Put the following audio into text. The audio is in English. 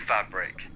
Fabric